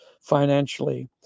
financially